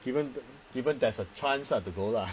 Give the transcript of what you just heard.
given the given there's a chance ah to go lah